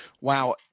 Wow